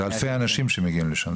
זה אלפי אנשים שמגיעים לשם.